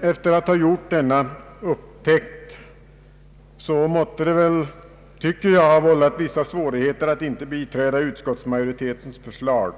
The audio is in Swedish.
Efter att ha gjort denna upptäckt måtte det enligt min mening ha vållat vissa svårigheter att inte bi träda utskottsmajoritetens förslag.